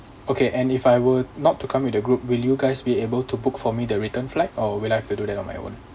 okay and if I were not to come with the group will you guys be able to book for me the return flight or will I have to do that on my own